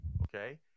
Okay